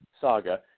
saga